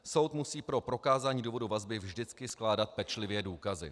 Soud musí pro prokázání důvodu vazby vždycky skládat pečlivě důkazy.